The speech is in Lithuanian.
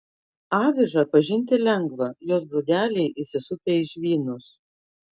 avižą pažinti lengva jos grūdeliai įsisupę į žvynus